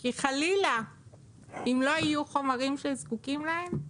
אם חלילה לא יהיו חומרים שזקוקים להם,